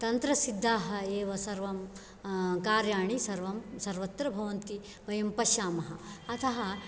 तन्त्रसिद्धाः एव सर्वं कार्याणि सर्वं सर्वत्र भवन्ति वयं पश्यामः अतः